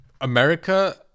America